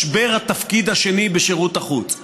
משבר התפקיד השני בשירות החוץ.